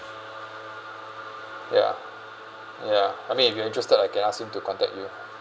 ya ya I mean if you are interested I can asked him to contact you